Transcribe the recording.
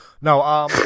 No